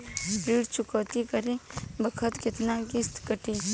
ऋण चुकौती करे बखत केतना किस्त कटी?